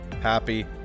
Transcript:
happy